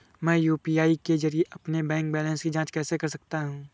मैं यू.पी.आई के जरिए अपने बैंक बैलेंस की जाँच कैसे कर सकता हूँ?